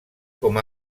com